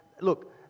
look